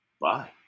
Bye